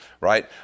right